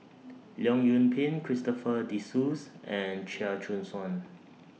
Leong Yoon Pin Christopher De Souza and Chia Choo Suan